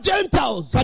Gentiles